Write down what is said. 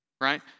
Right